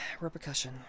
repercussion